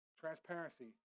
transparency